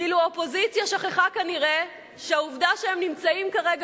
ואילו האופוזיציה שכחה כנראה שהעובדה שהם נמצאים כרגע